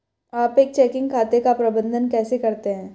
आप एक चेकिंग खाते का प्रबंधन कैसे करते हैं?